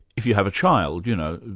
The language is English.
if you have a child, you know,